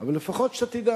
אבל לפחות שאתה תדע